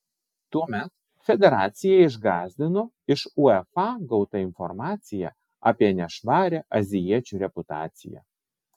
tuomet federaciją išgąsdino iš uefa gauta informacija apie nešvarią azijiečių reputaciją